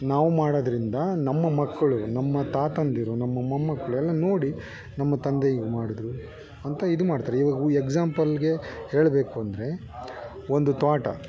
ನಾವು ಮಾಡೋದರಿಂದ ನಮ್ಮ ಮಕ್ಕಳು ನಮ್ಮ ತಾತಂದಿರು ನಮ್ಮ ಮೊಮ್ಮಕ್ಕಳು ಎಲ್ಲ ನೋಡಿ ನಮ್ಮ ತಂದೆ ಹೀಗೆ ಮಾಡಿದ್ರು ಅಂತ ಇದು ಮಾಡ್ತಾರೆ ಇವಾಗ ಉ ಎಕ್ಸಾಂಪಲ್ಗೆ ಹೇಳಬೇಕು ಅಂದರೆ ಒಂದು ತೋಟ